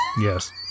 Yes